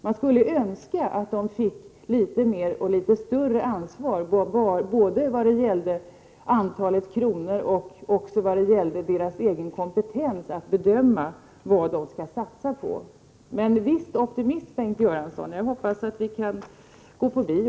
Man skulle önska att dessa organisationer fick litet mer ansvar, både vad gäller antalet kronor de tilldelas och vad gäller deras egen kompetens att bedöma vad de skall satsa på. Men visst är jag optimist, Bengt Göransson. Jag hoppas att vi kan gå på bio.